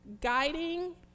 guiding